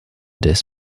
des